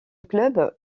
club